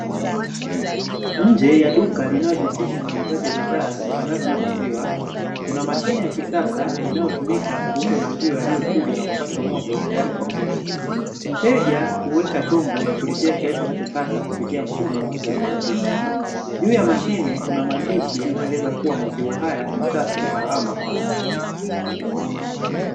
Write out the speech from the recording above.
Nje ya duka linaojihusisha na uuzaji wa bidhaa zitokanazo na maziwa kuna mashine ya kisasa inayotumika kuuza maziwa yaliyochujwa na kupashwa moto tayari kwa kunywa, mteja kuweka chombo na kulipia kiasi unachotaka kupitia mfumo wa ki automatiki, juu ya mashine kuna maandishi yanayoeleza kuwa maziwa haya ni safi na salama kwa afya.